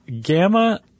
Gamma